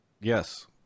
Yes